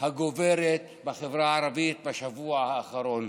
הגוברת בחברה הערבית בשבוע האחרון.